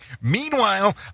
Meanwhile